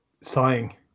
Sighing